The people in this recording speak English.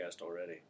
already